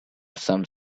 some